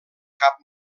cap